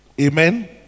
Amen